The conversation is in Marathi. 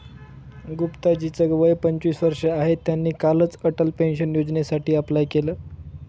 गुप्ता जी च वय पंचवीस वर्ष आहे, त्यांनी कालच अटल पेन्शन योजनेसाठी अप्लाय केलं